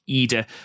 ida